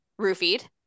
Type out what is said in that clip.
roofied